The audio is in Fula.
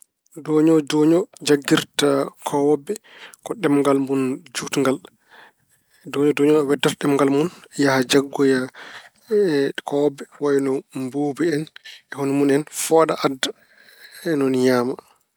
Dooño dooño jaggirta ko koowobbe ko ɗemngal mun juutngal. Dooño dooño weddoto ɗemngal mun yaha jaggoya koowobbe wayno mbuubu en, e hono mun en. Fooɗa adda, ni woni ñaama.